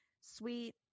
sweet